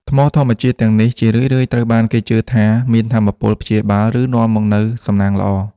ថ្មធម្មជាតិទាំងនេះ ជារឿយៗត្រូវបានគេជឿថាមានថាមពលព្យាបាល ឬនាំមកនូវសំណាងល្អ។